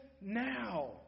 now